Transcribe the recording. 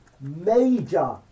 major